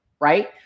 right